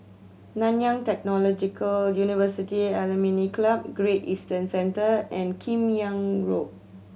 Nanyang Technological University Alumni Club Great Eastern Centre and Kim Yam Road